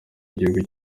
igihugu